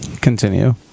Continue